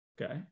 okay